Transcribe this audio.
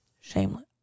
Shameless